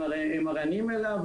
הם ערניים אליו,